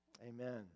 amen